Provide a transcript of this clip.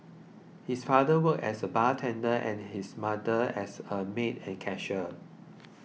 his father worked as a bartender and his mother as a maid and cashier